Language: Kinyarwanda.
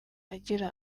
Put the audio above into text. agira